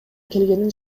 келгенин